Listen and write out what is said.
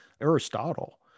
aristotle